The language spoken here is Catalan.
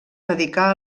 dedicà